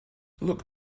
look